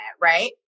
right